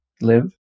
live